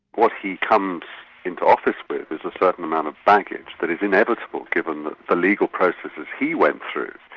what he comes into office with is a certain amount of baggage, that is inevitable, given the legal processes he went through.